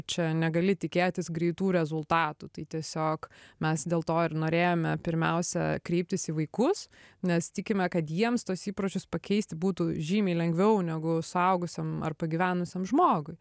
čia negali tikėtis greitų rezultatų tai tiesiog mes dėl to ir norėjome pirmiausia kreiptis į vaikus nes tikime kad jiems tuos įpročius pakeisti būtų žymiai lengviau negu suaugusiam ar pagyvenusiam žmogui